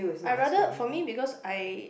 I rather for me because I